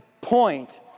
point